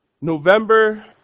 November